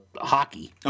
hockey